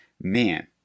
man